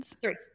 three